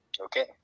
Okay